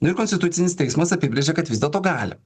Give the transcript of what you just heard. ir konstitucinis teismas apibrėžė kad vis dėlto gali